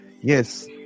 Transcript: yes